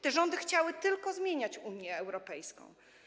Te rządy chciały tylko zmieniać Unię Europejską.